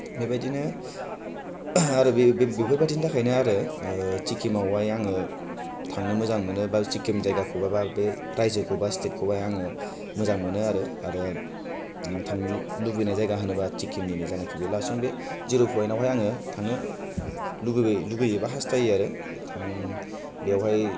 बेबायदिनो आरो बे बे बेफोर बायदिनि थाखायनो आरो सिक्किमाव हाय आङो थांनो मोजां मोनो बा सिक्किम जायगाखौबाबो आर बे रायजोखौबा सिटेदखौ हाय आङो मोजां मोनोआरो आरो आं थां लुबैनाय जायगा होनोब्ला सिक्किमनिनो जानाखि बे दासिम बे जिर' फयेनावहाय आङो थांनो लुगैबाय लुबैयो बा हासथायो आरो थां बेवहाय